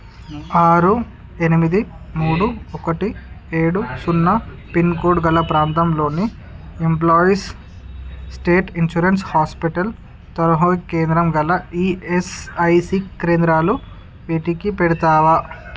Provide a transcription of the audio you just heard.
ఆరు ఎనిమిది మూడు ఒకటి ఏడు సున్నా పిన్కోడ్ గల ప్రాంతంలోని ఎంప్లాయీస్ స్టేట్ ఇన్సూరెన్స్ హాస్పిటల్ తరహా కేంద్రం గల ఈఎస్ఐసి కేంద్రాలు వెతికి పెడతావా